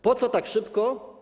Po co tak szybko?